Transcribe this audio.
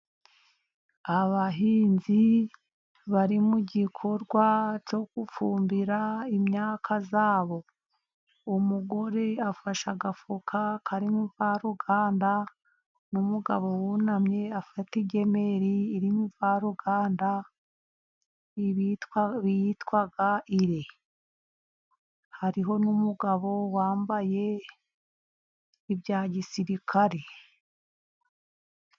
Abahinzi bari mu gikorwa cyo gufumbira imyaka yabo, umugore afashe agafuka karimo imvaruganda, n'umugabo wunamye afite igemeri irimo imvaruganda yitwa ire, hariho n'umugabo wambaye ibya gisirikare.